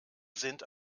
sind